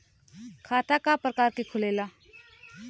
खाता क प्रकार के खुलेला?